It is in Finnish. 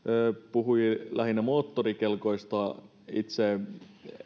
puhui lähinnä moottorikelkoista itse en